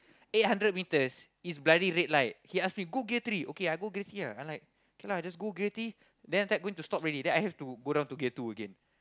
eight hundred meters is bloody red light he ask me go gear three okay I go gear three lah then I'm like okay lah go gear three then after that going to stop already then I have to go to gear two again